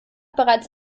bereits